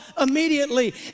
immediately